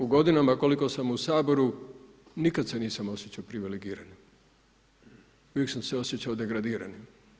U godinama koliko sam u Saboru nikada se nisam osjećao privilegiranim, uvijek sam se osjećao degradiranim.